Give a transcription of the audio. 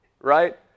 right